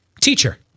Teacher